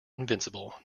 invincible